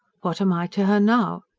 what am i to her now.